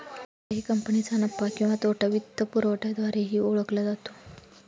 कोणत्याही कंपनीचा नफा किंवा तोटा वित्तपुरवठ्याद्वारेही ओळखला जातो